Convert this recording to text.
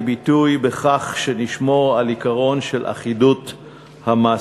ביטוי בכך שנשמור על העיקרון של אחידות המס,